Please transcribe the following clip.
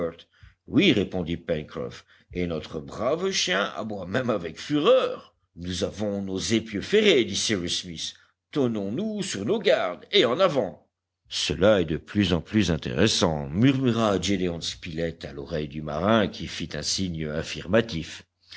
oui répondit pencroff et notre brave chien aboie même avec fureur nous avons nos épieux ferrés dit cyrus smith tenons-nous sur nos gardes et en avant cela est de plus en plus intéressant murmura gédéon spilett à l'oreille du marin qui fit un signe affirmatif